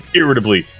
irritably